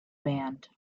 band